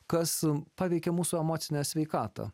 kas paveikė mūsų emocinę sveikatą